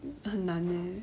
很难 leh